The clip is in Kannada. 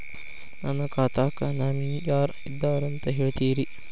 ನನ್ನ ಖಾತಾಕ್ಕ ನಾಮಿನಿ ಯಾರ ಇದಾರಂತ ಹೇಳತಿರಿ?